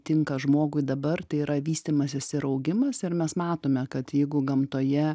tinka žmogui dabar tai yra vystymasis ir augimas ir mes matome kad jeigu gamtoje